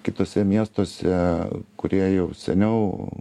kituose miestuose kurie jau seniau